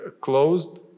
closed